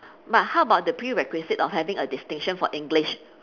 but how about the prerequisite for having a distinction for english